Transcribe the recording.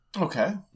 Okay